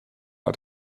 out